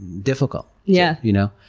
difficult. yeah you know?